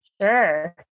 Sure